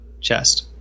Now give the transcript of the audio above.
chest